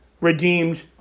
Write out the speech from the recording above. redeemed